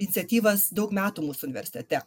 iniciatyvas daug metų mūsų universitete